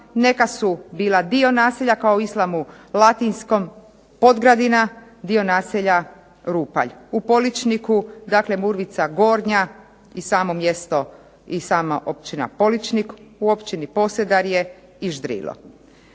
neka su bila dio naselja kao u Islamu Latinskom, Podgradina dio naselja Rupalj. U Poličniku dakle Murvica Gornja i samo mjesto i sama općina Poličnik. U općini Posedarje i Ždrilo.